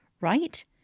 right